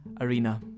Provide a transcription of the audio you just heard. Arena